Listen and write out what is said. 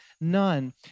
none